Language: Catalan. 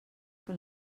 que